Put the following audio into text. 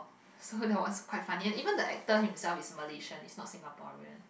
so that was quite funny even the actor himself is Malaysian is not Singaporean